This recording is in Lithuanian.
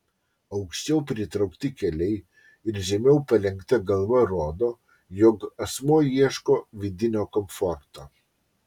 aukščiau pritraukti keliai ir žemiau palenkta galva rodo jog asmuo ieško vidinio komforto